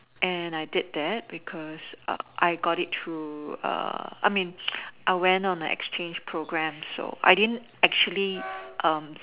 and I did that because I got it through I mean I went on a exchange program so I didn't actually